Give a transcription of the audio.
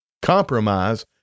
Compromise